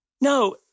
No